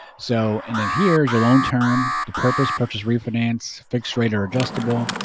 so, and then here is your loan term, the purpose, purchase refinance, fixed rate or adjustable,